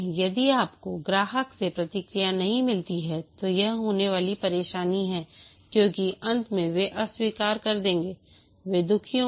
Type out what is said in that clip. यदि आपको ग्राहक से प्रतिक्रिया नहीं मिलती है तो यह होने वाली परेशानी है क्योंकि अंत में वे अस्वीकार कर देंगे वे दुखी होंगे